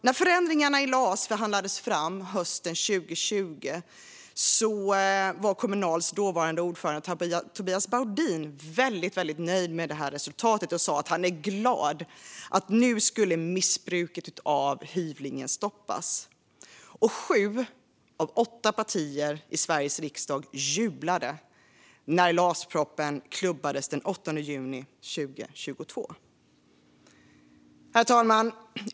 När ändringarna i LAS förhandlades fram hösten 2020 var Kommunals dåvarande ordförande Tobias Baudin nöjd med resultatet och sa att han var glad att missbruket av hyvlingen nu skulle stoppas. Och sju av åtta partier i Sveriges riksdag jublade när LAS-propositionen klubbades den 8 juni 2022. Herr talman!